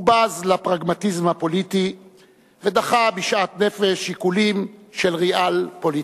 הוא בז לפרגמטיזם הפוליטי ודחה בשאט נפש שיקולים של ריאל-פוליטיק.